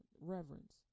reverence